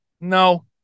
No